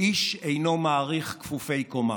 איש אינו מעריך כפופי קומה.